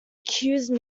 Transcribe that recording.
accused